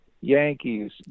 Yankees